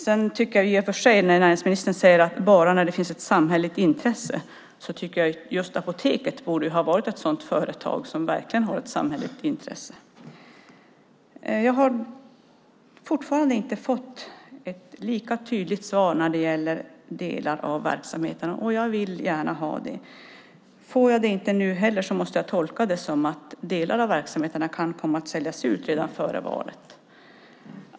Jag tycker i och för sig, när näringsministern talar om att bara ha kvar bolag när det finns ett samhälleligt intresse av det, att Apoteket borde vara ett sådant företag där det verkligen finns ett samhälleligt intresse av att ha det kvar. Jag har fortfarande inte fått ett lika tydligt svar när det gäller delar av verksamheterna och jag vill gärna ha det. Får jag det inte nu heller måste jag tolka det som att delar av verksamheterna kan komma att säljas ut redan före valet.